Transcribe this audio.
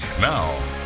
Now